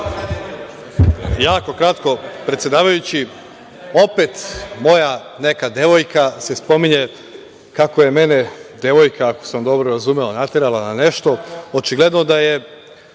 Jako kratko, predsedavajući. Opet se spominje neka moja devojka, kako je mene devojka, ako sam dobro razumeo, naterala na nešto. Očigledno da je